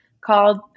called